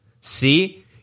See